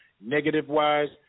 Negative-wise